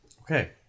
Okay